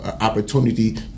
opportunity